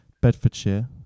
Bedfordshire